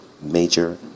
major